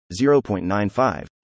0.95